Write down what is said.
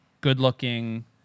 good-looking